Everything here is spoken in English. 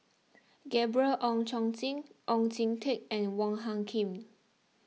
Gabriel Oon Chong Jin Oon Jin Teik and Wong Hung Khim